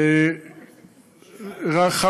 השאלה, אם יש התחייבות של האוצר?